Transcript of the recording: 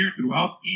throughout